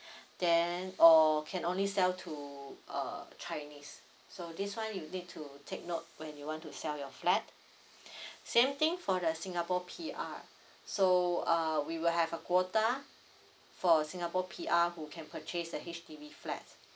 then or can only sell to uh chinese so this one you need to take note when you want to sell your flat same thing for the singapore P_R so uh we will have a quota for singapore P_R who can purchase a H_D_B flat